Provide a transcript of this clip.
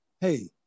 hey